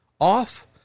off